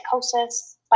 psychosis